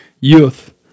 Youth